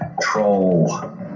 troll